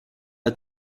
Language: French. pas